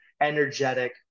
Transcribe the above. energetic